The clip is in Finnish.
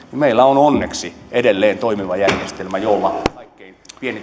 meillä on onneksi edelleen toimiva järjestelmä jolla kaikkein